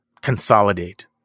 consolidate